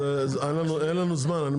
אני מאוד מצטער, אין לנו זמן.